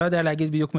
לא יודע להגיד בדיוק מתי.